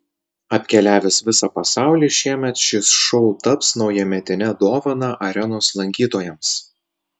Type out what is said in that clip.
apkeliavęs visą pasaulį šiemet šis šou taps naujametine dovana arenos lankytojams